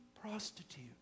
prostitute